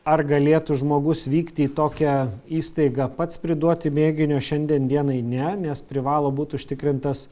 ar galėtų žmogus vykti į tokią įstaigą pats priduoti mėginio šiandien dienai ne nes privalo būt užtikrintas